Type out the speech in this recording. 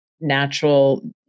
natural